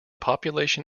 population